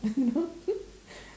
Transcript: you know